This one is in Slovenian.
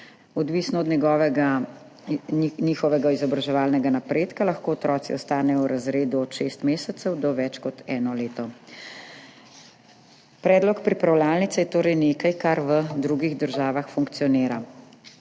Odvisno od njihovega izobraževalnega napredka lahko otroci ostanejo v razredu od šest mesecev do več kot eno leto. Predlog pripravljalnice je torej nekaj, kar v drugih državah funkcionira.